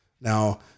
Now